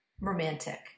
romantic